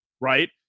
right